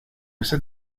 ese